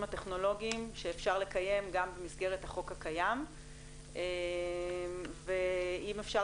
הטכנולוגיים שאפשר לקיים גם במסגרת החוק הקיים ואם אפשר